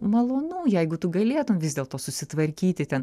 malonu jeigu tu galėtum vis dėlto susitvarkyti ten